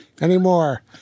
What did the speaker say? anymore